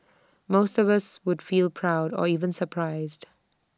most of us would feel proud or even surprised